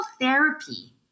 therapy